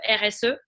RSE